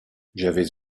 j’avais